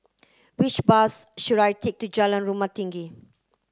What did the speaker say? which bus should I take to Jalan Rumah Tinggi